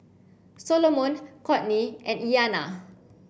Solomon Kourtney and Iyanna